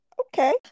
Okay